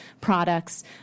products